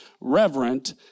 reverent